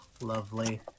lovely